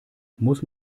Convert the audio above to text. muss